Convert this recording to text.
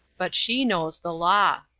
but she knows the law.